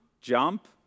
jump